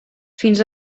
fins